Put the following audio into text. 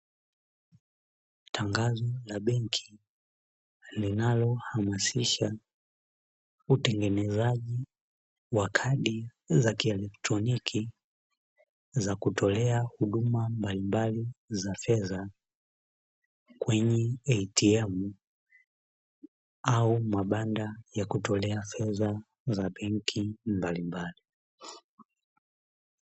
Tangazo la benki linalo hamasisha utengenezaji wa kadi za kielektroniki za kutolea huduma mbalimbali za fedha kwenye ATM au mabanda ya kutolea fedha za benki mbalimbali.